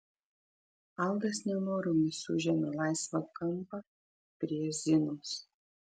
aldas nenoromis užėmė laisvą kampą prie zinos